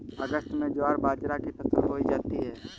अगस्त में ज्वार बाजरा की फसल बोई जाती हैं